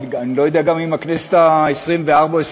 אני לא יודע גם אם הכנסת העשרים-וארבע או